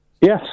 Yes